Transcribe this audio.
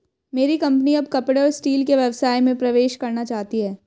मेरी कंपनी अब कपड़े और स्टील के व्यवसाय में प्रवेश करना चाहती है